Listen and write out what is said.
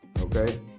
okay